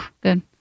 good